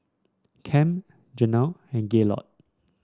Kem Janell and Gaylord